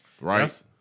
Right